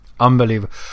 unbelievable